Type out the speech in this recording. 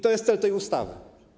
To jest cel tej ustawy.